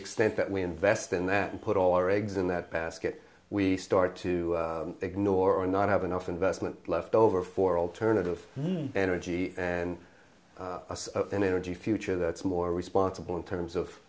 extent that we invest in that and put all our eggs in that basket we start to ignore or not have enough investment left over for alternative energy and an energy future that's more responsible in terms of